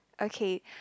okay